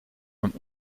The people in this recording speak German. und